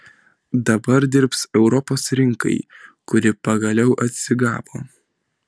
dabar dirbs europos rinkai kuri pagaliau atsigavo